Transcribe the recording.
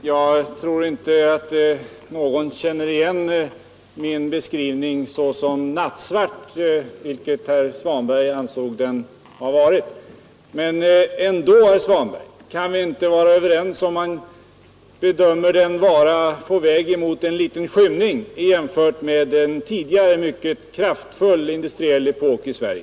Herr talman! Jag tror inte att någon känner igen min beskrivning av näringslivet såsom herr Svanberg återger den. Han säger att min skildring var nattsvart. Men kan vi inte komma överens om att det i alla fall råder skymning jämfört med en tidigare mycket kraftfull industriell epok i Sverige?